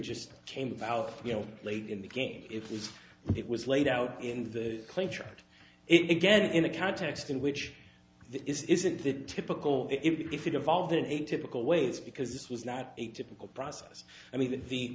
just came out you know late in the game it was it was laid out in the clincher it again in a context in which it isn't that typical if it evolved in a typical ways because this was not a typical process i mean the